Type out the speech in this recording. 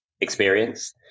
experience